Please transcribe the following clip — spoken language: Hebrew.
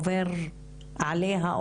עובר עליה,